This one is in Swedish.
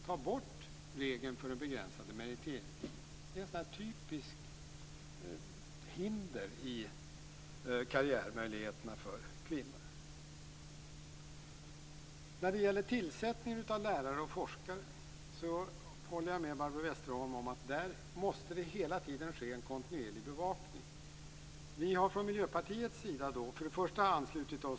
Ta bort regeln om den begränsade meriteringstiden! Den är ett sådant här typiskt hinder för karriärmöjligheterna för kvinnor. När det gäller tillsättningen av lärare och forskare håller jag med Barbro Westerholm om att det hela tiden måste ske en kontinuerlig bevakning. Från Miljöpartiets sida har vi för det första anslutit oss till detta.